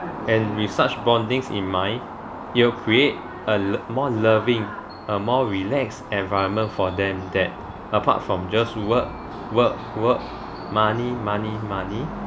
and with such bonding in mind it'll create a more loving a more relaxed environment for them that apart from just work work work money money money